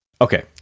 okay